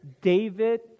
David